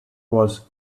was